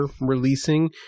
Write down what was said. releasing